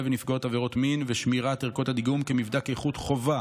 ונפגעות עבירות מין ושמירת ערכות הדיגום כמבדק איכות חובה